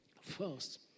First